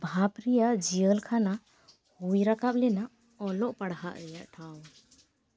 ᱵᱷᱟᱵ ᱨᱮᱭᱟᱜ ᱡᱤᱦᱟᱹᱞ ᱠᱷᱟᱱᱟ ᱦᱩᱭ ᱨᱟᱠᱟᱵ ᱞᱮᱱᱟ ᱚᱞᱚᱜ ᱯᱟᱲᱦᱟᱣ ᱨᱮᱭᱟᱜ ᱴᱷᱟᱶ